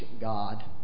God